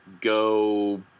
go